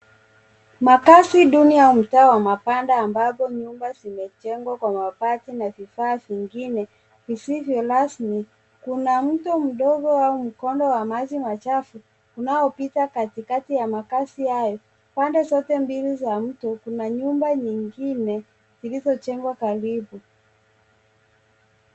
Makazi duni au mtaa wa mabanda ambapo nyumba zimejengwa kwa mabati na vifaa vingine visivyo rasmi. Kuna mto mdogo au mkondo wa maji machafu unaopita katikakati ya makazi hayo. Pande zote mbili za mto kuna nyumba nyingine zilizojengwa karibu.